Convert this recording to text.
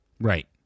Right